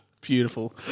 Beautiful